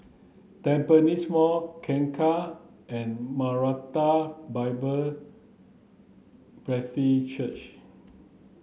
Tampines Mall Kangkar and Maranatha Bible Presby Church